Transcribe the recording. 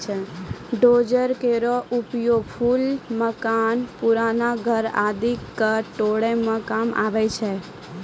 dozer केरो उपयोग पुल, मकान, पुराना घर आदि क तोरै म काम आवै छै